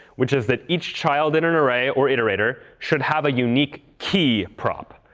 which is that each child in an array or iterator should have a unique key prop.